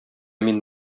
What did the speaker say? мин